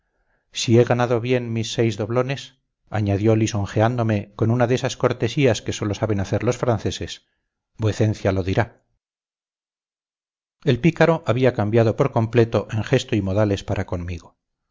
si he ganado bien mis seis doblones añadió lisonjeándome con una de esas cortesías que sólo saben hacer los franceses vuecencia lo dirá el pícaro había cambiado por completo en gesto y modales para conmigo